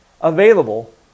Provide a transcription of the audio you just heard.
available